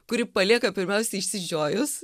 kuri palieka pirmiausia išsižiojus